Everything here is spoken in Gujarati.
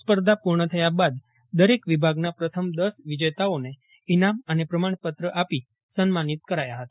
સ્પર્ધા ્પુર્ણ થયા બાદ દરેક વિભાગના પ્રથમ દસ વિજેતાઓને ઈનામ અને પ્રમાણપત્ર આથી સન્માનિત કરાયા હતા